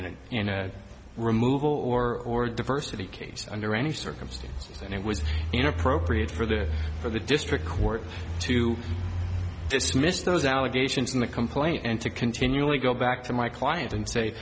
in a removal or or diversity case under any circumstances and it was inappropriate for the for the district court to dismiss those allegations in the complaint and to continually go back to my client and say